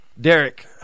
Derek